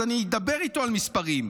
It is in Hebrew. אז אני אדבר איתו על מספרים.